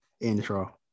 intro